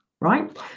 right